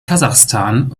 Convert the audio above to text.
kasachstan